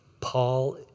Paul